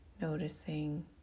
noticing